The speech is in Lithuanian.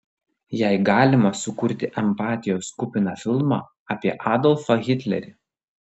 jei galima sukurti empatijos kupiną filmą apie adolfą hitlerį